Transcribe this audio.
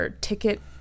ticket